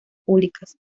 públicas